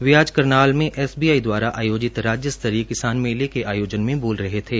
वे आज करनाल में S B I द्वारा आयोजित राज्य स्तरीय किसान मेले के आयोजन में बोल रहे थे